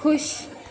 ਖੁਸ਼